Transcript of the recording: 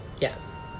yes